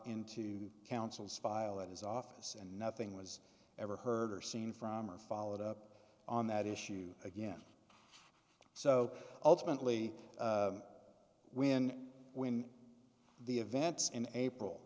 into counsel's file at his office and nothing was ever heard or seen from or followed up on that issue again so ultimately when we in the events in april